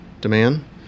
demand